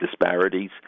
disparities